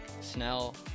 Snell